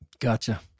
Gotcha